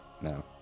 No